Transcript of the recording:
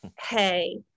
hey